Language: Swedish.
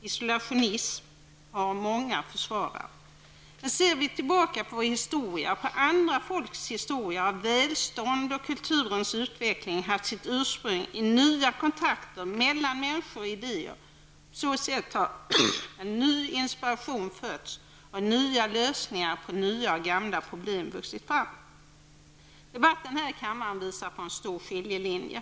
Isolationism har många försvare. Men ser vi tillbaka på vår historia och på andras folks historia har välstånd och kulturens utveckling haft sitt ursprung i nya kontakter mellan människor och idéer. På så sätt har ny inspiration fötts och nya lösningar på nya och gamla problem vuxit fram. Debatten här i kammaren visar på en stor skiljelinje.